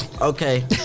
Okay